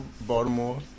Baltimore